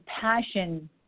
passion